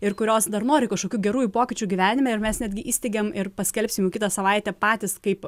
ir kurios dar nori kažkokių gerųjų pokyčių gyvenime ir mes netgi įsteigėm ir paskelbsim jau kitą savaitę patys kaip